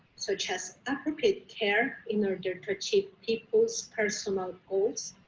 such as appropriate care in order to achieve people's personal goals,